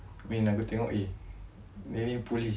aku tengok eh dia ni polis